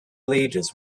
leaders